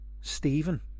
stephen